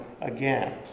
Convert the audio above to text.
again